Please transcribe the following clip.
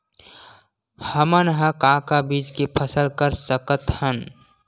हमन ह का का बीज के फसल कर सकत हन?